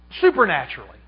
supernaturally